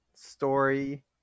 story